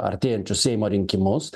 artėjančius seimo rinkimus